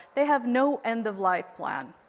they have no end of life plan.